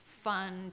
fun